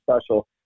special